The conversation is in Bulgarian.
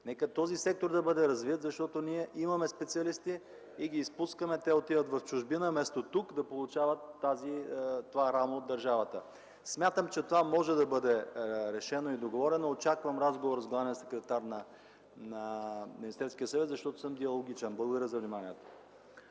Нека този сектор да бъде развит, защото ние имаме специалисти и ги изпускаме – отиват в чужбина, вместо тук да получават рамо от държавата. Смятам, че това може да бъде решено и договорено. Очаквам разговор с главния секретар на Министерския съвет, защото съм диалогичен. Благодаря за вниманието.